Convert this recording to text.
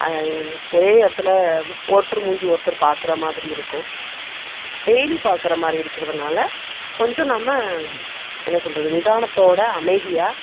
ஒரே இடத்துல ஒருத்தர் மூஞ்சி ஒருத்தர் பார்க்கற மாதிரி இருக்கும் டெய்லி பார்க்கறமாரி இருக்கிறதுனால கொஞ்சம் நாம் என்ன சொல்கிறது நிதானத்தோட அமைதியாக